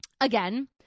Again